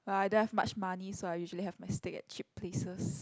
but I don't have much money so I usually have my steak at cheap places